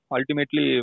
Ultimately